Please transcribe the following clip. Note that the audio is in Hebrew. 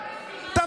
לא